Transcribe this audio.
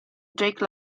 jake